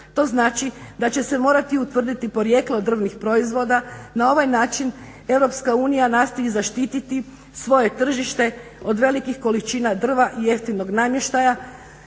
To znači da će se morati utvrditi porijeklo drvnih proizvoda. Na ovaj način EU nastoji zaštititi svoje tržite od velikih količina drva i jeftinog namještaja